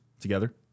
together